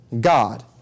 God